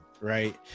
right